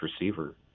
receiver